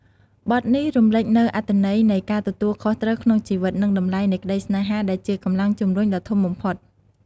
បទនេះរំលេចនូវអត្ថន័យនៃការទទួលខុសត្រូវក្នុងជីវិត និងតម្លៃនៃក្តីស្នេហាដែលជាកម្លាំងជំរុញដ៏ធំបំផុត។